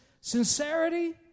sincerity